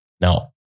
Now